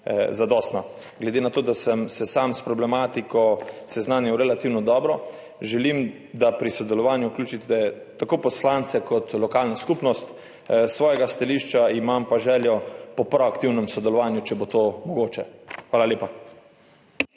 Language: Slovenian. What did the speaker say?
zadostna. Glede na to, da sem se sam s problematiko seznanil relativno dobro, želim, da v sodelovanje vključite tako poslance kot lokalno skupnost. S svojega stališča imam pa željo po proaktivnem sodelovanju, če bo to mogoče. Hvala lepa.